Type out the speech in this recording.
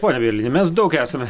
pone bielini mes daug esame